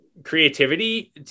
creativity